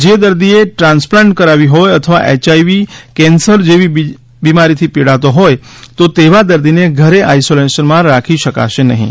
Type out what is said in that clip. જે દર્દીએ ટ્રાન્સપ્લાન્ટ કરાવ્યું હોય અથવા એચઆઈવી કેન્સર જેવી બીમારીથી પીડાતો હોથ તો તેવા દર્દીને ઘરે આઈસોલેશનમાં રાખી શકાશે નહીં